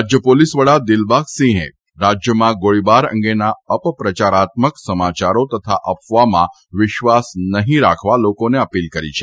રાજ્ય પોલીસ વડા દિલબાગસિંહે રાજ્યમાં ગોળીબાર અંગેના અપપ્રચારાત્મક સમાયારો તથા અફવામાં વિશ્વાસ નહીં રાખવા લોકોને અપીલ કરી છે